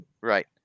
right